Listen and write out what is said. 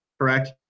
Correct